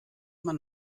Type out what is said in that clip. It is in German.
man